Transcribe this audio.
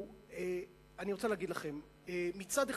מצד אחד,